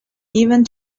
even